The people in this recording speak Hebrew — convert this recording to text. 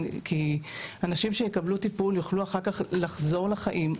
כי אנשים שיקבלו טיפול יוכלו אחר כך לחזור לחיים,